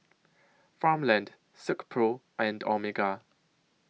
Farmland Silkpro and Omega